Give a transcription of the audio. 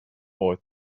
boy